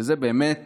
שזה באמת